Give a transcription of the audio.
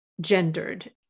gendered